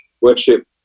Worship